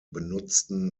benutzten